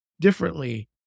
differently